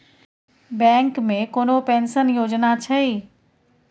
Bank मे कोनो pension योजना छै?